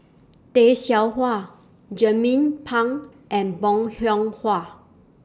Tay Seow Huah Jernnine Pang and Bong Hiong Hua